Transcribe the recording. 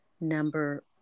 number